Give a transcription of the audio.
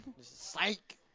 psych